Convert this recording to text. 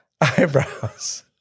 eyebrows